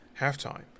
halftime